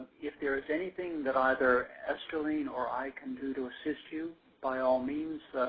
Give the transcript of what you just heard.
if there is anything that either esterline or i can do to assist you by all means,